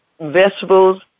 vegetables